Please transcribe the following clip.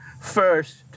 first